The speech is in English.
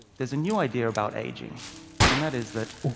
there's a new idea about aging and that is that,